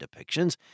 depictions